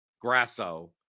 Grasso